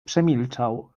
przemilczał